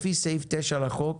לפי סעיף 9 לחוק,